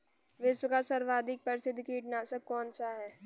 विश्व का सर्वाधिक प्रसिद्ध कीटनाशक कौन सा है?